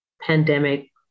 pandemic